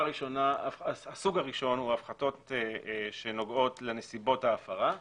הסוג הראשון הוא הפחתות שנוגעות לנסיבות ההפרה,